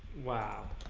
wow